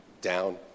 down